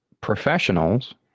professionals